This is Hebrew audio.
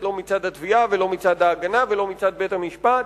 לא מצד התביעה ולא מצד ההגנה ולא מצד בית-המשפט,